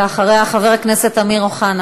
ואחריה, חבר הכנסת אמיר אוחנה.